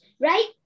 right